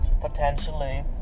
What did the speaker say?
potentially